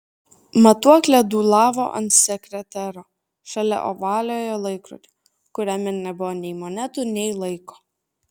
matuoklė dūlavo ant sekretero šalia ovaliojo laikrodžio kuriame nebuvo nei monetų nei laiko